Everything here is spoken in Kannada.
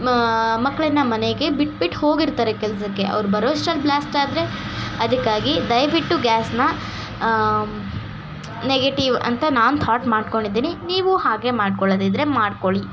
ಮಕ್ಳನ್ನು ಮನೆಗೇ ಬಿಟ್ಬಿಟ್ಟು ಹೋಗಿರ್ತಾರೆ ಕೆಲಸಕ್ಕೆ ಅವ್ರು ಬರೋ ಅಷ್ಟ್ರಲ್ಲಿ ಬ್ಲ್ಯಾಸ್ಟಾದರೆ ಅದಕ್ಕಾಗಿ ದಯವಿಟ್ಟು ಗ್ಯಾಸ್ನ ನೆಗೆಟಿವ್ ಅಂತ ನಾನು ಥಾಟ್ ಮಾಡಿಕೊಂಡಿದ್ದಿನಿ ನೀವು ಹಾಗೆ ಮಾಡಿಕೊಳ್ಳೊದಿದ್ರೆ ಮಾಡ್ಕೊಳಿ